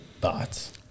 thoughts